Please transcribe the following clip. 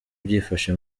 byifashe